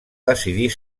decidir